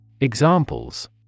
examples